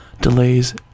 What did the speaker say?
delays